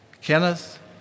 Kenneth